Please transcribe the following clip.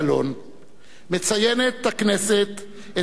מציינת הכנסת את מעשי הטרור הללו,